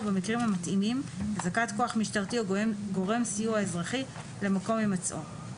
ובמקרים המתאימים הזעקת כוח משטרתי או גורם סיוע אזרחי למקום הימצאו.